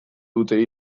dute